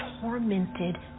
tormented